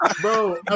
bro